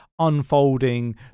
unfolding